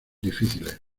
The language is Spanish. difíciles